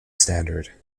standard